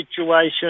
situation